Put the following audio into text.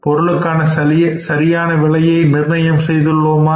பொருளுக்கான சரியான விலையை நிர்ணயம் செய்துள்ளோமா